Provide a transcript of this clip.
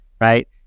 right